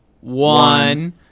one